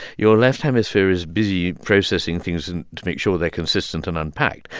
your left hemisphere is busy processing things and to make sure they're consistent and unpacked,